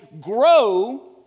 grow